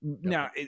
Now